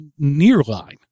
Nearline